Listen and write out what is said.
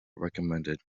recommended